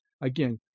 Again